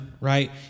right